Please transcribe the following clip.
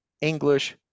English